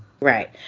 Right